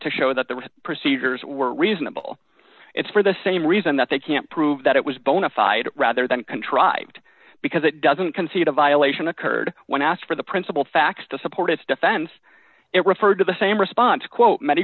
to show that the procedures were reasonable it's for the same reason that they can't prove that it was bona fide rather than contrived because it doesn't concede a violation occurred when asked for the principal facts to support its defense it referred to the same response quote many